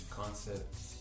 concepts